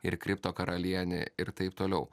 ir kriptokaralienė ir taip toliau